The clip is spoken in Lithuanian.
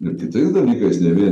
ir kitais dalykais ne vien